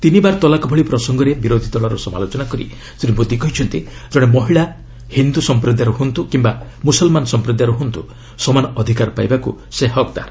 ତିନିବାର ତଲାକ ଭଳି ପ୍ରସଙ୍ଗରେ ବିରୋଧୀ ଦଳର ସମାଲୋଚନା କରି ଶ୍ରୀ ମୋଦି କହିଛନ୍ତି ଜଣେ ମହିଳା ହିନ୍ଦୁ ସଂପ୍ରଦାୟର ହୁଅନ୍ତୁ କିମ୍ବା ମୁସଲମାନ ସଂପ୍ରଦାୟର ହୁଅନ୍ତୁ ସମାନ ଅଧିକାର ପାଇବାକୁ ସେ ହକ୍ଦାର୍